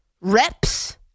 reps